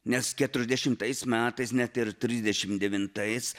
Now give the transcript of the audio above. nes keturiasdešimtais metais net ir trisdešimt devintais